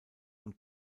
und